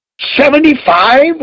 Seventy-five